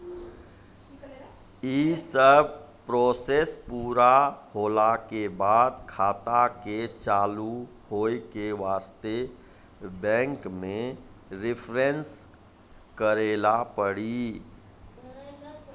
यी सब प्रोसेस पुरा होला के बाद खाता के चालू हो के वास्ते बैंक मे रिफ्रेश करैला पड़ी?